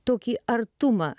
tokį artumą